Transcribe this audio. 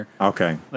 Okay